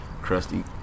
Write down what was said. crusty